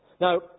Now